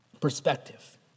perspective